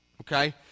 Okay